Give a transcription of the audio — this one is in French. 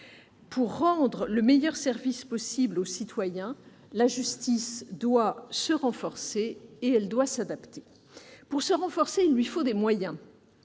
Pour rendre le meilleur service possible aux citoyens, la justice doit se renforcer et s'adapter. Pour se renforcer, il lui faut des moyens.